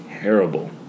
terrible